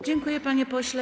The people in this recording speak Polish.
Dziękuję, panie pośle.